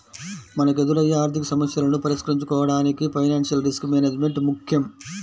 మనకెదురయ్యే ఆర్థికసమస్యలను పరిష్కరించుకోడానికి ఫైనాన్షియల్ రిస్క్ మేనేజ్మెంట్ ముక్కెం